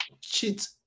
cheat